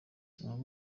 abo